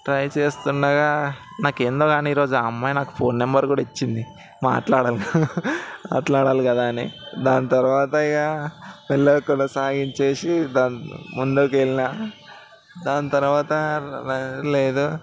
try చేస్తుండగా నాకు ఏందో కానీ ఈరోజు ఆ అమ్మాయి నాకు ఫోన్ నెంబర్ కూడా ఇచ్చింది మాట్లాడాలి మాట్లాడాలి కదా అని దాని తర్వాత ఇక ఎల్లాకోలా సాయంచేసి దాని ముందుకు వెళ్ళినా దాని తర్వాత ర్ లేదు